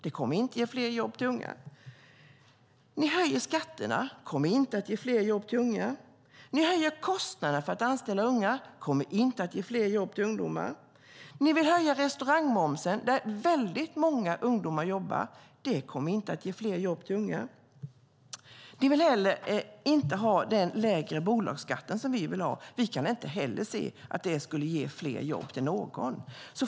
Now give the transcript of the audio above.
Det kommer inte att ge fler jobb till unga. Ni höjer skatterna. Det kommer inte att ge fler jobb till unga. Ni höjer kostnaderna för att anställa unga. Det kommer inte att ge fler jobb till ungdomar. Ni vill höja restaurangmomsen. Det är en bransch där väldigt många ungdomar jobbar. Det kommer inte att ge fler jobb till unga. Ni vill heller inte ha den lägre bolagsskatten som vi vill ha. Vi kan inte se att det skulle ge fler jobb till någon.